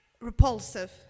repulsive